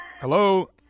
Hello